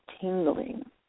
tingling